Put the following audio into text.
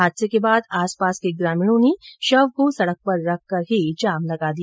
हादसे के बाद आसपास के ग्रामीणों ने शव को सड़क पर ही रख कर जाम लगा दिया